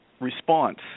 response